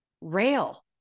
rail